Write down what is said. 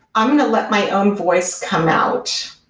i'm going to let my own voice come out.